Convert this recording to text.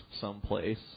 someplace